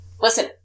Listen